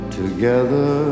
together